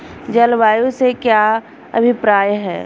जलवायु से क्या अभिप्राय है?